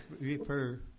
refer